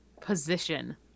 position